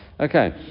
Okay